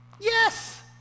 yes